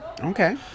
Okay